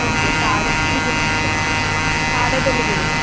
okay తాడేపల్లిగూడెంలో తాడేపల్లిగూడెం